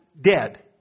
dead